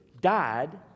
died